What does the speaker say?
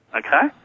okay